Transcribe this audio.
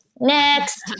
next